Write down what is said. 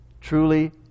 Truly